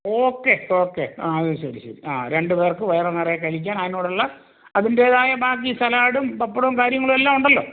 okay okay ആ ശരി ശരി ആ രണ്ട് പേർക്ക് വയറു നിറയെ കഴിക്കാൻ അതിനോടുള്ള അതിൻറ്റേതായ ബാക്കി സലാഡും പപ്പടവും കാര്യങ്ങളും എല്ലാം ഉണ്ടല്ലോ